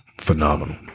phenomenal